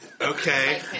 Okay